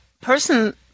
person